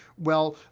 well,